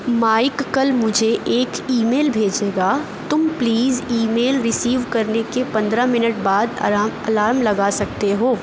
mic کل مجھے ایک ای میل بھیجے گا تم پلیز ای میل رسیو کرنے کے پندرہ منٹ بعد آرام الارم لگا سکتے ہو